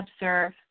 observe